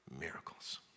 miracles